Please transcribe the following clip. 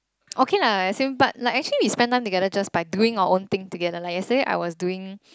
okay lah as in but like actually we spend time together just by doing our own thing together like yesterday I was doing